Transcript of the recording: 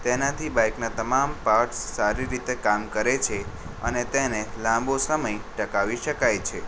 તેનાથી બાઈકના તમામ પાર્ટસ સારી રીતે કામ કરે છે અને તેને લાંબો સમય ટકાવી શકાય છે